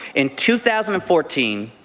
in two thousand and fourteen,